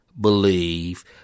believe